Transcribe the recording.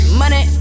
money